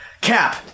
Cap